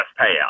payout